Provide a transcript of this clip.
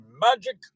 magic